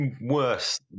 worse